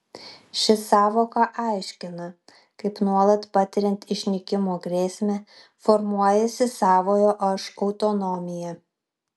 ši sąvoka aiškina kaip nuolat patiriant išnykimo grėsmę formuojasi savojo aš autonomija